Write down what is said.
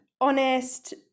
honest